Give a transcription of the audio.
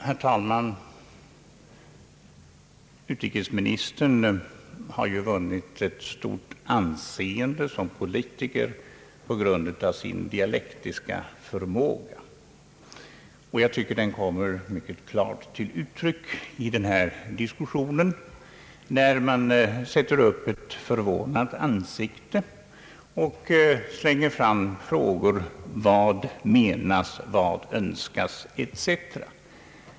Herr talman! Utrikesministern har vunnit stort anseende som politiker tack vare sin dialektiska förmåga. Jag tycker att den kommer klart till uttryck i den här diskussionen. Han sätter upp ett förvånat ansikte och slänger fram frågor: Vad menas, vad önskas? Etc.